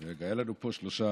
רגע, היו לנו פה שלושה.